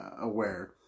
aware